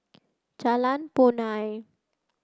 Jalan Punai